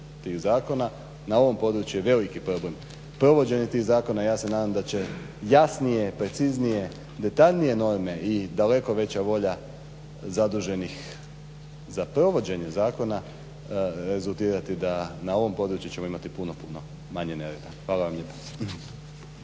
tih zakona. Na ovom području je veliki problem provođenje tih zakona. Ja se nadam da će jasnije, preciznije, detaljnije norme i daleko veća volja zaduženih za provođenje zakona rezultirati da na ovom području ćemo imati puno, puno manje nereda. Hvala vam lijepa.